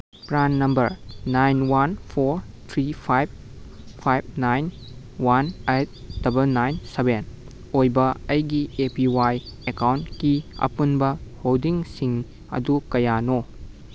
PRAN number nine one four three five five nine one eight double nine seven ꯑꯣꯏꯕ ꯑꯩꯒꯤ A P Y ꯑꯦꯀꯥꯎꯟꯀꯤ ꯑꯄꯨꯟꯕ ꯍꯣꯜꯗꯤꯡꯁꯤꯡ ꯑꯗꯨ ꯀꯌꯥꯅꯣ